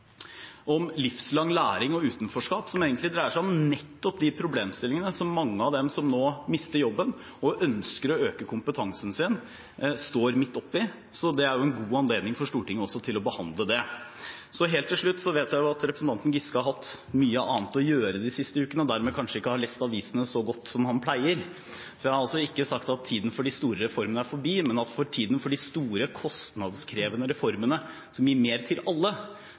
om livslang læring og utenforskap, som egentlig dreier seg om nettopp de problemstillingene som mange av dem som nå mister jobben og ønsker å øke kompetansen sin, står midt oppe i, så det er en god anledning for Stortinget til å behandle det. Helt til slutt: Jeg vet at representanten Giske har hatt mye annet å gjøre de siste ukene og dermed kanskje ikke har lest avisene så godt som han pleier, for jeg har altså ikke sagt at tiden for de store reformene er forbi, men at jeg tror tiden for de store kostnadskrevende reformene som gir mer til alle,